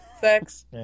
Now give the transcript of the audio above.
Sex